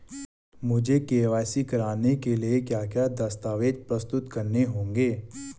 मुझे के.वाई.सी कराने के लिए क्या क्या दस्तावेज़ प्रस्तुत करने होंगे?